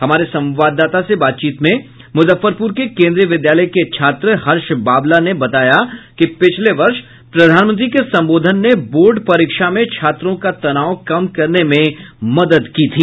हमारे संवाददाता से बातचीत में मुजफ्फरपुर के केन्द्रीय विद्यालय के छात्र हर्ष बाब्ला ने बताया कि पिछले वर्ष प्रधानमंत्री के संबोधन ने बोर्ड परीक्षा में छात्रों का तनाव कम करने में मदद की थी